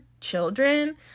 children